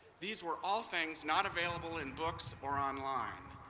these were all things not available in books or online.